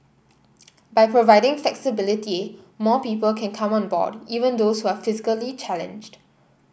by providing flexibility more people can come on board even those who are physically challenged